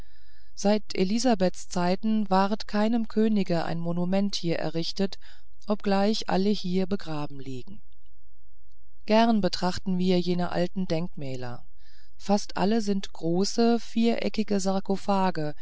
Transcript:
seit elisabeths zeiten ward keinem könige ein monument hier errichtet obgleich alle hier begraben lieben gern betrachteten wir jene alten denkmäler fast alle sind große viereckige sarkophage